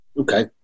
Okay